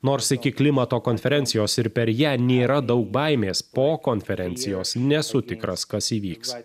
nors iki klimato konferencijos ir per ją nėra daug baimės po konferencijos nesu tikras kas įvyks